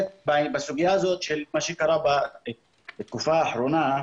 בסוגיה הזו של מה שקרה בתקופה האחרונה,